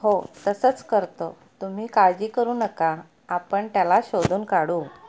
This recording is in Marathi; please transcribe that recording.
हो तसंच करतो तुम्ही काळजी करू नका आपण त्याला शोधून काढू